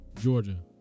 georgia